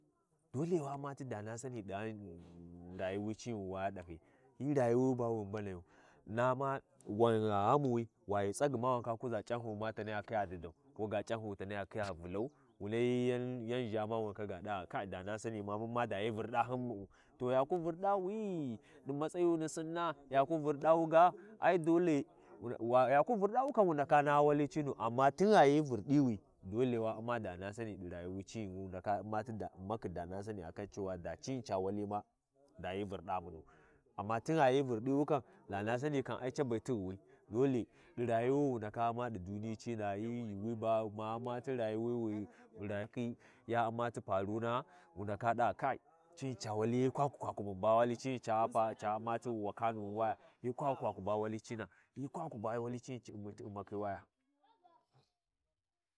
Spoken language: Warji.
Dole wa U’mma ti dana sani dighan rayuwi Ci wi wa dahyi hyi rayuwo ba wi, nanayu, nama wan gha ghamuwi, wa ghi tsagyima wu ndaka kuʒa C’anhyuma ta niya khiya didai koga C’anhyu taniya khiya Vulau, wu layigan ʒaa ma wu ndaka khiya ɗa va. Dana sani ma mun ma da hyi Vurɗa hyunu, to yaku vurɗawi ɗi matsayu ni sinna yaku Vurɗawi ga ia dole–wa–yaku vurɗawi kan, wu ndaka naha wali cinu, amma tungha hi vurɗiwi, dolewa Umma dana Sani ɗi rayuwi cini wu ndaka U’mma ti U’mmati dana sani, akancewa da Cini ca wali ma, da hyi vurɗa munu, amma tigha hi Vuriwi kan, danasani cabe tighiwi, dole ɗi rayuwi wi wu ndaka Umma ɗi duniyi Cina’a hyi yuuwiba, ma—ma Ummati rayuwi wi rayakhi ya U’mma ti paruna wu ndaka ɗava kai cini ca wali cini ca paru ca U’mmati wakanuni hyi kwaku kwatu ba wali cina hyi kwaku kwaku ba wali cini ci ummi ti Ummakhi wapa.